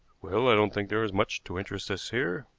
well, i don't think there is much to interest us here.